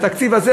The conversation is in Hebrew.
בתקציב הזה,